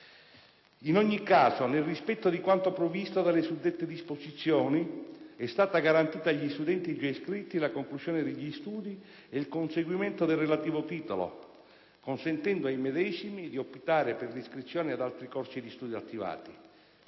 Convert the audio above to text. In ogni caso, nel rispetto di quanto previsto dalle suddette disposizioni, è stata garantita agli studenti già iscritti la conclusione degli studi e il conseguimento del relativo titolo, consentendo ai medesimi di optare per l'iscrizione ad altri corsi di studio attivati.